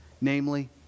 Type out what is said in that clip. namely